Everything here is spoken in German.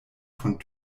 von